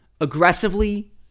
aggressively